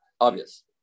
Obvious